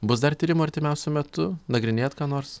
bus dar tyrimų artimiausiu metu nagrinėjat ką nors